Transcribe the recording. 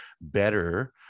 better